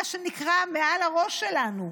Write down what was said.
מה שנקרא מעל הראש שלנו,